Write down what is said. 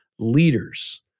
leaders